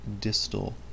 distal